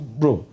bro